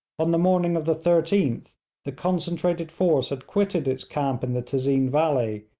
on the morning of the thirteenth the concentrated force had quitted its camp in the tezeen valley,